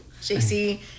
JC